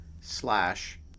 slash